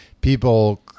People